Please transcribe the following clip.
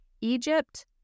Egypt